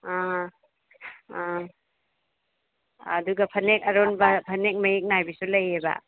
ꯑꯥ ꯑꯥ ꯑꯗꯨꯒ ꯐꯅꯦꯛ ꯑꯔꯣꯟꯕ ꯐꯅꯦꯛ ꯃꯌꯦꯛ ꯅꯥꯏꯕꯤꯁꯨ ꯂꯩꯌꯦꯕ